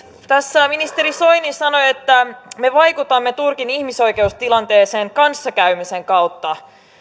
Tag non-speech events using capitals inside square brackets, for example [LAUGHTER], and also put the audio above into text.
[UNINTELLIGIBLE] tässä ministeri soini sanoi että me vaikutamme turkin ihmisoikeustilanteeseen kanssakäymisen kautta